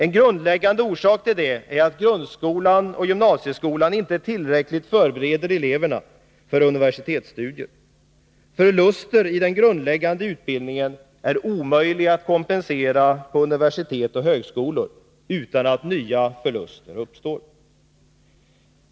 En grundläggande orsak härtill är att grundskolan och gymnasieskolan inte tillräckligt förbereder eleverna för universitetsstudier. Förluster i den grundläggande utbildningen är omöjliga att kompensera på universitet och högskolor utan att nya förluster uppstår.